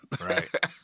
Right